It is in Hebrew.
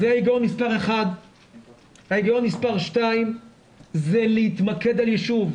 זה ההיגיון מס' 1. הגיון מס' 2 זה להתמקד על ישוב,